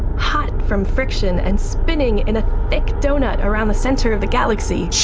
hot from friction, and spinning in a thick doughnut around the centre of the galaxy.